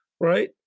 right